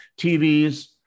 TVs